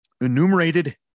Enumerated